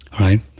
right